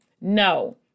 No